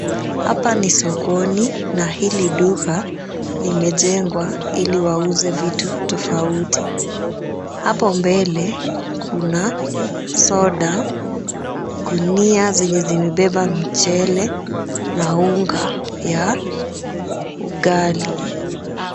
Hapa ni sokoni na hili duka limejengwa ili wauze vitu tofauti. Hapo mbele kuna soda, gunia zenye zimebeba mchele na unga ya ugali.